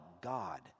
God